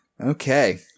Okay